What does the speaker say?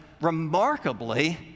remarkably